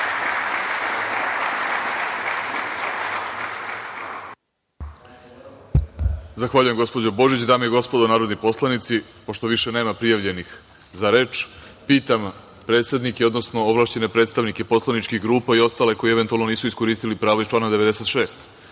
Zahvaljujem, gospođo Božić. Dame i gospodo narodni poslanici, pošto više nema prijavljenih za reč, pitam predsednike, odnosno ovlašćene predstavnike poslaničkih grupa i ostale koje eventualno nisu iskoristili pravo iz člana 96.